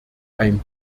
ein